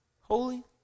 holy